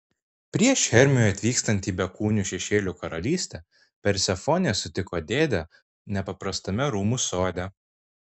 prieš hermiui atvykstant į bekūnių šešėlių karalystę persefonė sutiko dėdę nepaprastame rūmų sode